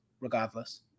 regardless